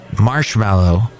marshmallow